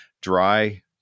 Dry